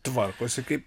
tvarkosi kaip